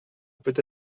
peut